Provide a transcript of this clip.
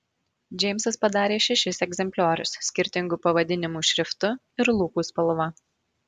džeimsas padarė šešis egzempliorius skirtingu pavadinimų šriftu ir lūpų spalva